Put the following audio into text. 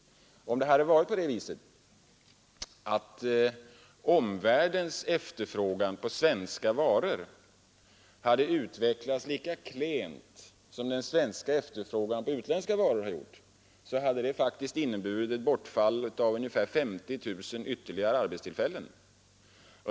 Om omvärldens efterfrågan på svenska varor hade utvecklats lika klent som den svenska efterfrågan på utländska varor har gjort, hade det faktiskt inneburit ett bortfall av ytterligare ca 50 000 arbetstillfällen.